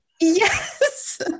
Yes